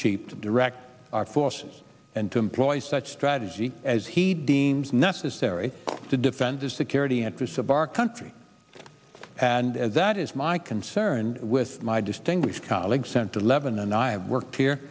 chief to direct our forces and to employ such strategy as he deems necessary to defend the security interests of our country and that is my concern with my distinguished colleagues sent to lebanon i work here